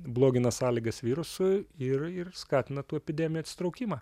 blogina sąlygas virusui ir ir skatina tų epidemijų atsitraukimą